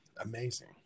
amazing